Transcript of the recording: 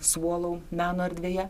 suolų meno erdvėje